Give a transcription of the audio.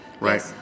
right